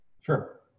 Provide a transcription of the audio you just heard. Sure